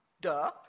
Duh